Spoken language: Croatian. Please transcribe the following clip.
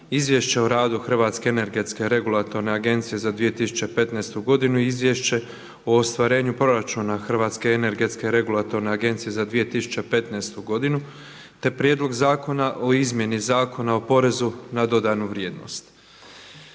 Izvješće o radu Hrvatske energetske regulatorne agencije za 2015. godinu i Izvješće o ostvarenju proračuna Hrvatske energetske regulatorne agencije za 2015. godinu te Prijedlog Zakona o izmjeni zakona o porezu na dodanu vrijednost.